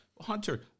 hunter